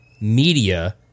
media